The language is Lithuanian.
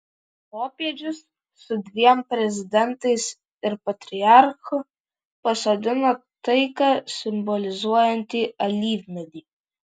popiežius su dviem prezidentais ir patriarchu pasodino taiką simbolizuojantį alyvmedį